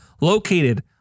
located